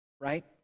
right